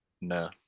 No